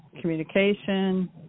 communication